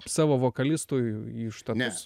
savo vokalistu iš to ne